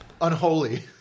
Unholy